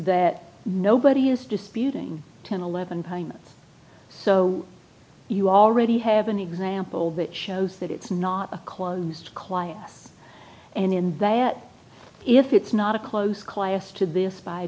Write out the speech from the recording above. that nobody is disputing ten eleven payments so you already have an example that shows that it's not a closed client and in they at if it's not a close class to b